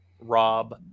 Rob